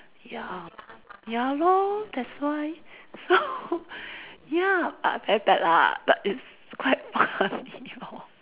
ya ya lor that's why so ya uh very bad lah but it's quite funny lor